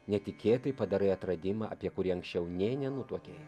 netikėtai padarai atradimą apie kurį anksčiau nė nenutuokei